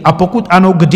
A pokud ano, kdy?